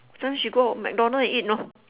that time she go MacDonald eat know